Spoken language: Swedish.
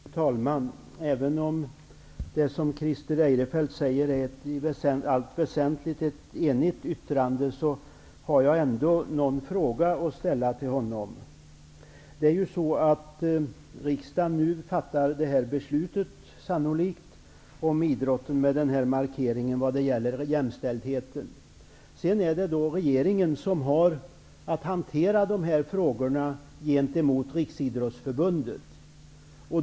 Fru talman! Även om det, som Christer Eirefelt säger, är ett i allt väsenligt enigt betänkande, har jag ändå någon fråga att ställa till honom. Riksdagen fattar sannolikt nu beslut om idrotten med en markering vad gäller jämställdheten. Sedan är det regeringen som har att hantera den frågan gentemot Riksidrottsförbundet.